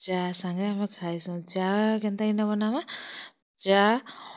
ଚା ସାଙ୍ଗେ ଆମେ ଖାଇସୁଁ ଚା କେନ୍ତା କେନ୍ତା ବନାମା ଚା